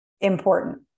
important